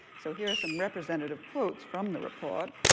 so here are some representative quotes from the report.